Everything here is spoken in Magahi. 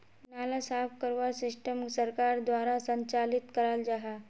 नाला साफ करवार सिस्टम सरकार द्वारा संचालित कराल जहा?